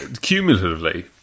cumulatively